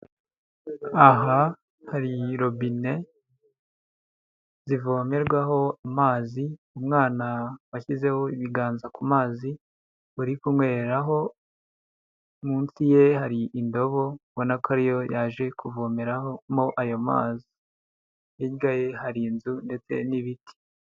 Aha hari robine zivomerwaho amazi, umwana washyizeho ibiganza ku mazi uri kunyweraho, munsi ye hari indobo mbonako ariyo yaje kuvomeramo ayo mazi. Hirya ye hari inzu ndetse n'ibiti.